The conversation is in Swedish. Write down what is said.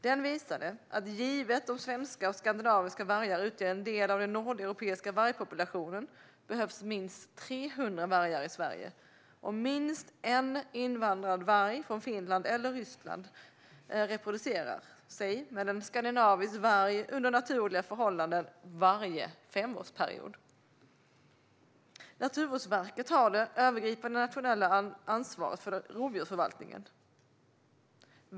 Den visade att givet att de svenska och skandinaviska vargarna utgör en del av den nordeuropeiska vargpopulationen behövs det minst 300 vargar i Sverige och att minst en invandrad varg från Finland eller Ryssland reproducerar sig med en skandinavisk varg under naturliga förhållanden varje femårsperiod. Naturvårdsverket har det övergripande nationella ansvaret för rovdjursförvaltningen.